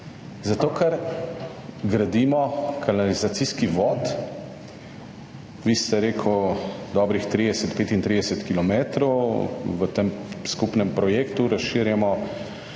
Zato, ker gradimo kanalizacijski vod, vi ste rekel dobrih 30, 35 kilometrov. V tem skupnem projektu razširjamo